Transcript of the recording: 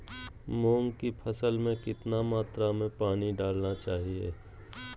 मूंग की फसल में कितना मात्रा में पानी डालना चाहिए?